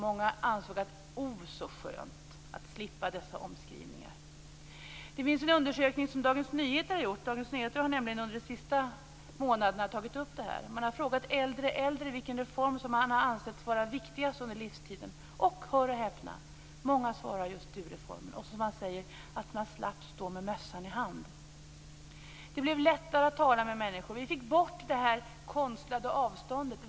Många ansåg att det var väldigt skönt att slippa dessa omskrivningar. Dagens Nyheter har gjort en undersökning - Dagens Nyheter har nämligen tagit upp detta under de senaste månaderna - där man har frågat äldre vilken reform som de har ansett vara den viktigaste under livstiden. Och, hör och häpna, många svarar just dureformen. Man slapp stå med mössan i hand. Det blev lättare att tala med människor. Vi fick bort det konstlade avståndet.